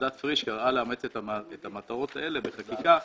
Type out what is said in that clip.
ועדת פרישר באה לאמת את המטרות האלה בחקיקה